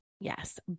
Yes